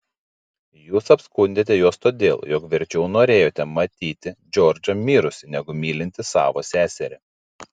jūs apskundėte juos todėl jog verčiau norėjote matyti džordžą mirusį negu mylintį savo seserį